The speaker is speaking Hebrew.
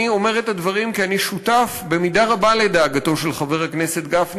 אני אומר את הדברים כי אני שותף במידה רבה לדאגתו של חבר הכנסת גפני